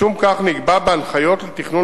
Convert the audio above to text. משום כך נקבע בהנחיות לתכנון